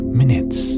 minutes